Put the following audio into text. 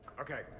Okay